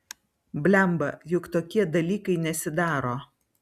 blemba juk tokie dalykai nesidaro